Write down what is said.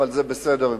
אבל זה בסדר מבחינתי.